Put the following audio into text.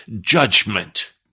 judgment